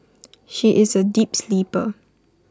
she is A deep sleeper